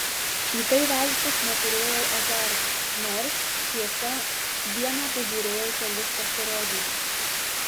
į tai veltis neturėjau azarto nors tiesa dieną pažiūrėjau kelis pasirodymus